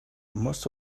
most